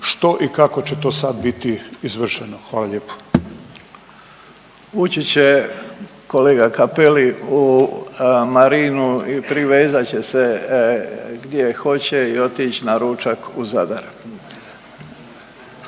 što i kako će to sad biti izvršeno? Hvala lijepo. **Božinović, Davor (HDZ)** Ući će kolega Cappelli u marinu i privezat će se gdje hoće i otić na ručak u Zadar.